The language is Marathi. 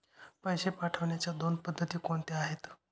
पैसे पाठवण्याच्या दोन पद्धती कोणत्या आहेत?